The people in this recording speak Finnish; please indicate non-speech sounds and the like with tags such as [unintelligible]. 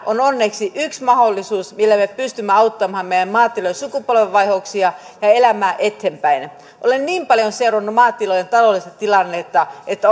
on onneksi yksi mahdollisuus millä me pystymme auttamaan meidän maatilojen sukupolvenvaihdoksia ja elämää eteenpäin olen niin paljon seurannut maatilojen taloudellista tilannetta että [unintelligible]